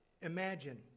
imagine